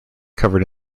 covered